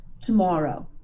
tomorrow